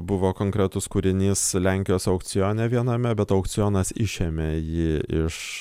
buvo konkretus kūrinys lenkijos aukcione viename bet aukcionas išėmė jį iš